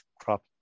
crop